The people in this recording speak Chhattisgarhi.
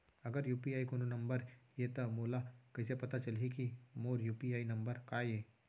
अगर यू.पी.आई कोनो नंबर ये त मोला कइसे पता चलही कि मोर यू.पी.आई नंबर का ये?